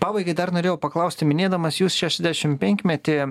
pabaigai dar norėjau paklausti minėdamas jūs šešiasdešim penkmetį